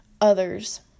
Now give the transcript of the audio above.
others